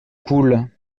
poule